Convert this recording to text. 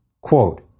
Quote